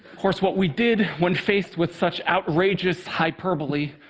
course what we did when faced with such outrageous hyperbole.